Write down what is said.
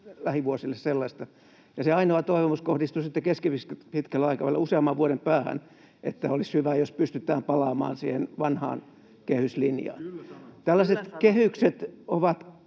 lähivuosille sellaista. Se ainoa toivomus kohdistuu keskipitkällä aikavälillä useamman vuoden päähän, että olisi hyvä, jos pystytään palaamaan siihen vanhaan kehyslinjaan. [Arto Satonen: Ei